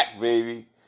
baby